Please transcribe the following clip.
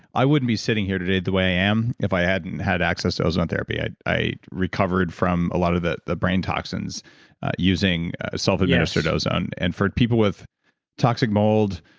i wouldn't be sitting here today the way i am if i hadn't had access to ozone therapy i i recovered from a lot of the the brain toxins using self administered dose. and for people with toxic mold,